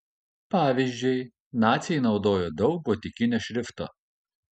pavyzdžiui naciai naudojo daug gotikinio šrifto